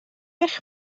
eich